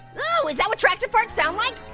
ooh, is that what tractor farts sound like?